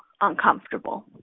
uncomfortable